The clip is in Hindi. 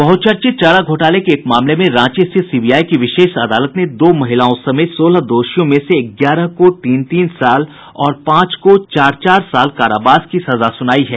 बहचर्चित चारा घोटाले के एक मामले में रांची स्थित सीबीआई की विशेष अदालत ने दो महिलाओं समेत सोलह दोषियों में से ग्यारह को तीन तीन साल और पांच को चार चार साल कारावास की सजा सुनाई है